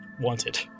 wanted